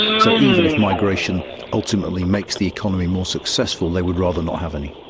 so even if migration ultimately makes the economy more successful, they would rather not have any.